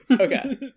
Okay